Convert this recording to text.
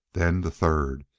then the third,